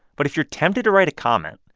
but if you're tempted to write a comment,